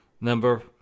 number